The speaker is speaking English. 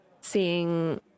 seeing